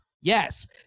Yes